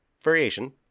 variation